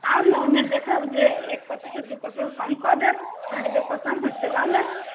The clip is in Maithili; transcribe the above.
आउ ने ओहिमे देखब जे एक प्रतिशत दू प्रतिशत कम कऽ देब अहाँके जे पसन्द हैत से लऽ लेब